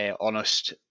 honest